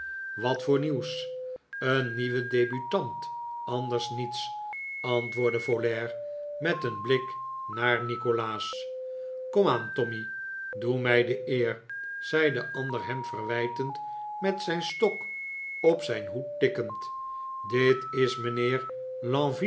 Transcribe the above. wat voor nieuws een nieuwe debutant anders niets antwoordde folair met een blik naar nikolaas komaan tommy doe mij de eer zei de ander hem verwijtend met zijn stok op zijn hoed tikkend dit is mijnheer